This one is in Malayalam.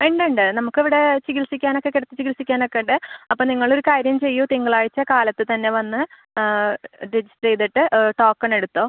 ഉണ്ടുണ്ട് നമുക്കിവിടെ ചികിൽസിക്കാനൊക്കെ കിടത്തി ചികിൽസിക്കാനൊക്കെയുണ്ട് അപ്പോൾ നിങ്ങളൊരു കാര്യം ചെയ്യൂ തിങ്കളാഴ്ച കാലത്ത് തന്നെ വന്ന് രജിസ്റ്റെർ ചെയ്തിട്ട് ടോക്കണെടുത്തോളു